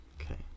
Okay